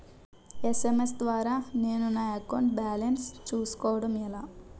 SMS ద్వారా నేను నా అకౌంట్ బాలన్స్ చూసుకోవడం ఎలా?